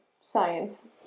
Science